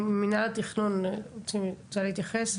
מנהל התכנון רוצה להתייחס?